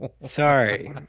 Sorry